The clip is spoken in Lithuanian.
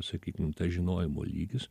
sakykim tas žinojimo lygis